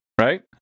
Right